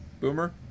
Boomer